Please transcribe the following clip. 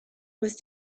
was